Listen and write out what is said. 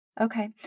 Okay